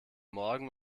morgen